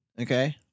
Okay